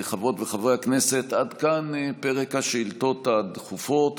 חברות וחברי הכנסת, עד כאן פרק השאילתות הדחופות.